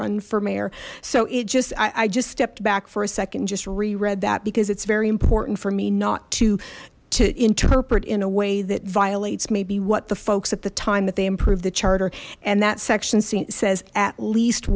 run for mayor so it just i just stepped back for a second just reread that because it's very important for me not to to interpret in a way that violates maybe what the folks at the time that they improve the charter and that section c says at least